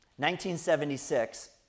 1976